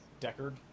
Deckard